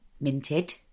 minted